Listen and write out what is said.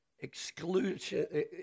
exclusion